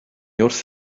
wrth